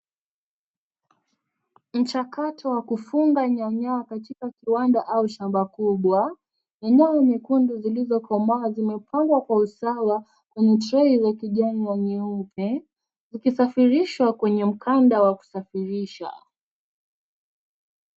Mchakato wa kufunga nyanya katika kiwanda au shamba kubwa. Nyanya nyekundu zilizokomaa zimepangwa kwa usawa, kwenye trei za kijani na nyeupe. Ukisafirishwa kwenye mkanda wa kusafirisha.